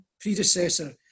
predecessor